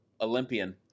Olympian